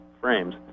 frames